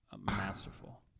masterful